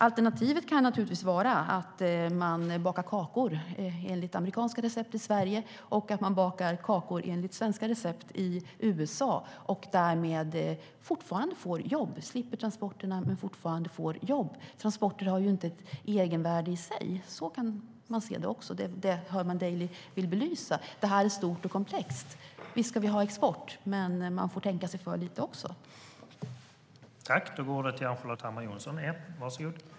Alternativet kan naturligtvis vara att man bakar kakor enligt amerikanska recept i Sverige och enligt svenska recept i USA. Därmed får man fortfarande jobb men slipper transporterna. Transporter har ju inte ett egenvärde i sig. Så kan man också se det, och det är det Herman Daly vill belysa. Det här är stort och komplext. Visst ska vi ha export, men man får tänka sig lite för också.